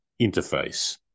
interface